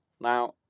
Now